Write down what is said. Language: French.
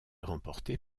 remporté